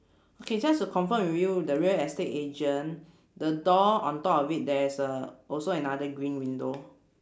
okay just to confirm with you the real estate agent the door on top of it there is a also another green window